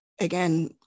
again